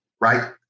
Right